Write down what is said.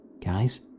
Guys